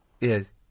Yes